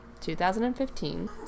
2015